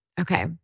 Okay